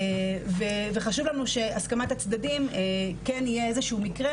וחשוב לנו שהסכמת הצדדים כן יהיה איזשהו מקרה